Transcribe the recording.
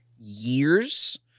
years